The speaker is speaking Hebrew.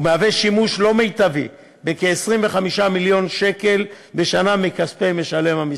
ומהווה שימוש לא מיטבי בכ-25 מיליון שקל בשנה מכספי משלם המסים.